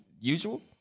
usual